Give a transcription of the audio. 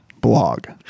blog